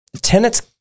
tenants